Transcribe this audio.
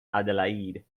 adelaide